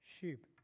sheep